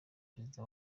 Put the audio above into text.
perezida